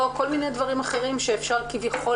או כל מיני דברים אחרים שאפשר כביכול